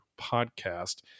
podcast